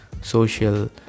social